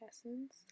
essence